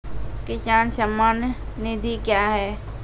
किसान सम्मान निधि क्या हैं?